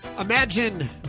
Imagine